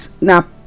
now